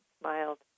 smiled